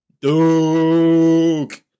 Duke